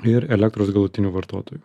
ir elektros galutinių vartotojų